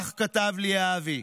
כך כתב לי אבי.